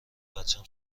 بچم